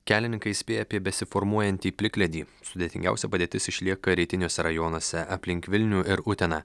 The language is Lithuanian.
kelininkai įspėja apie besiformuojantį plikledį sudėtingiausia padėtis išlieka rytiniuose rajonuose aplink vilnių ir uteną